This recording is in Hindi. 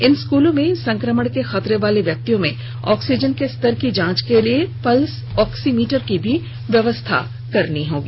इन स्कूलों में संक्रमण के खतरे वाले व्यक्तियों में ऑक्सीजन के स्तर की जांच के लिए पल्स ऑक्सीमीटर की भी व्यवस्था होगी